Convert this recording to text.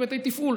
בהיבטי תפעול.